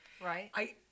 Right